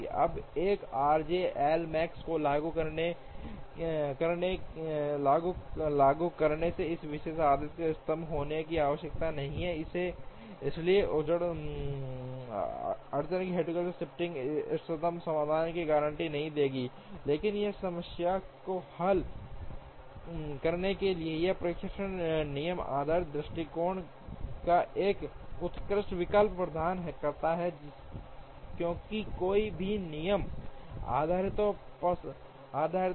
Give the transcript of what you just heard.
अब 1 RJ L max को लागू करने के इस विशेष आदेश को इष्टतम होने की आवश्यकता नहीं है इसलिए अड़चन की हेयुरिस्टिक शिफ्टिंग इष्टतम समाधान की गारंटी नहीं देती है लेकिन यह समस्या को हल करने के लिए एक प्रेषण नियम आधारित दृष्टिकोण का एक उत्कृष्ट विकल्प प्रदान करता है क्योंकि कोई भी नियम आधारित है